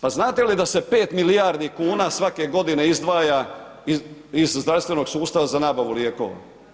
Pa znate li da se 5 milijardi kuna svake godine izdvaja iz zdravstvenog sustava za nabavu lijekova?